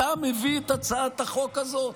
אתה מביא את הצעת החוק הזאת?